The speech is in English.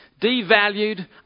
devalued